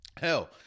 Hell